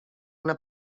una